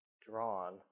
drawn